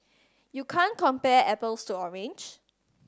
you can't compare apples to orange